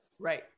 Right